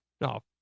no